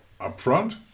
Upfront